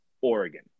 Oregon